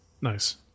Nice